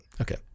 Okay